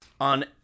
On